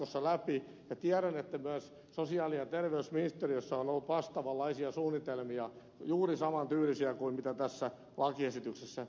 tiedän että myös sosiaali ja terveysministeriössä on ollut vastaavanlaisia suunnitelmia juuri saman tyylisiä kuin tässä lakiesityksessä esitetään